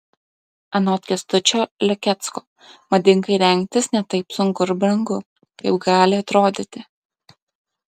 anot kęstučio lekecko madingai rengtis ne taip sunku ir brangu kaip gali atrodyti